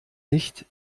nicht